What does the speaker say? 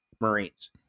marines